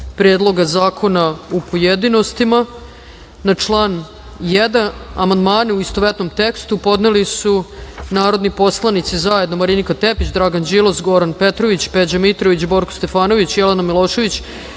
Predloga zakona u pojedinostima. Na član 1. amandmane, u istovetnom tekstu, podneli su narodni poslanici zajedno Marinika Tepić, Dragan Đilas, Goran Petrović, Peđa Mitrović, Borko Stefanović, Jelena Milošević,